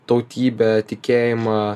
tautybę tikėjimą